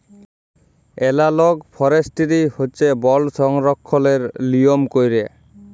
এলালগ forestry হছে বল সংরক্ষলের লিয়ম ক্যইরে